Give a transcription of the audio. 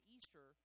Easter